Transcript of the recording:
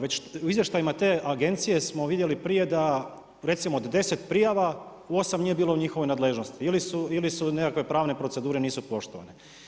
Već u izvještajima te agencije smo vidjeli prije da recimo do 10 prijava 8 nije bilo u njihovoj nadležnosti ili su nekakve pravne procedure nisu poštovane.